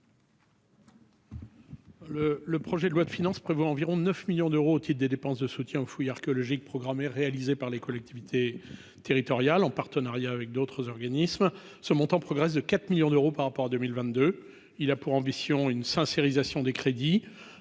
le projet de loi de finances prévoit environ 9 millions d'euros au titre des dépenses de soutien aux fouilles archéologiques programmés réalisés par les collectivités territoriales, en partenariat avec d'autres organismes, ce montant progresse de 4 millions d'euros par rapport à 2022, il a pour ambition une sincérisation des crédits